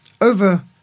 over